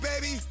baby